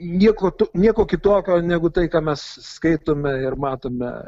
nieko to nieko kitokio negu tai ką mes skaitome ir matome